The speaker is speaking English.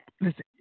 listen